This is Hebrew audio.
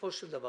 בסופו של דבר